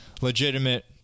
legitimate